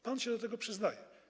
Pan się do tego przyznaje.